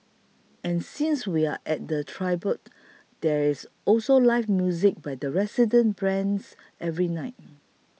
and since we're at Timbre there's also live music by resident bands every night